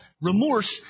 Remorse